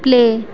play